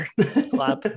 clap